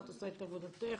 את עושה את עבודתך